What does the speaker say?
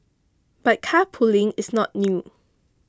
but carpooling is not new